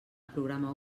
programa